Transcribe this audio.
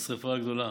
בשרפה הגדולה.